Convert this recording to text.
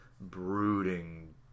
brooding